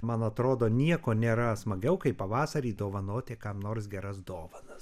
man atrodo nieko nėra smagiau kai pavasarį dovanoti kam nors geras dovanas